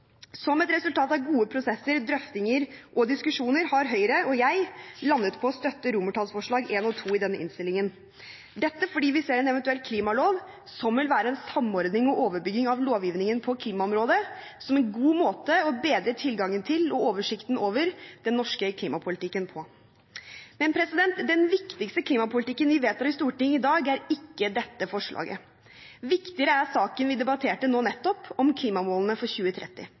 Som et resultat av gode prosesser, drøftinger og diskusjoner har Høyre og jeg landet på å støtte I og II i denne innstillingen, dette fordi vi ser en eventuell lov, som vil være en samordning og overbygging av lovgivningen på klimaområdet, som en god måte å bedre tilgangen til og oversikten over den norske klimapolitikken på. Men den viktigste klimapolitikken vi vedtar i Stortinget i dag, er ikke dette forslaget. Viktigere er saken vi debatterte nå nettopp, om klimamålene for 2030.